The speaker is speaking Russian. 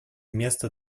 места